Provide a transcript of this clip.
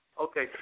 Okay